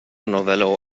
novello